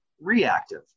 reactive